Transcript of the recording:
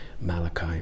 Malachi